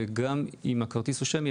וגם אם הכרטיס הוא שמי,